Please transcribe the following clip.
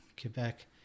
Quebec